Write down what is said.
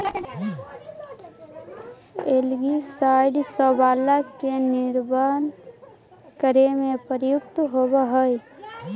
algicide शैवाल के निवारण करे में प्रयुक्त होवऽ हई